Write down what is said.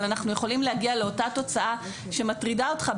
אבל אנחנו יכולים להגיע לאותה תוצאה שמטרידה אותך,